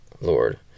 Lord